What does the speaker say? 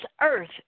earth